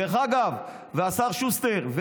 וסגן השר שוסטר,